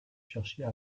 cherchait